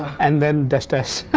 and then dash dash